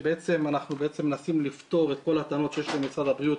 אנחנו בעצם מנסים לפתור את כל הטענות של משרד הבריאות,